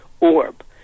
orb